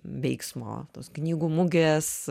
veiksmo tos knygų mugės